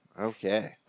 Okay